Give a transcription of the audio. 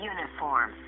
Uniform